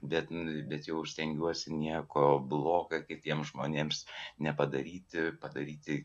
bet bet jau stengiuosi nieko bloga kitiems žmonėms nepadaryti padaryti